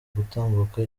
gutambuka